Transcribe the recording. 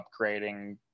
upgrading